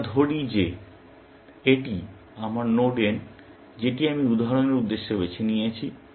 আমরা ধরি যে এটি আমার নোড n যেটি আমি উদাহরণের উদ্দেশ্যে বেছে নিয়েছি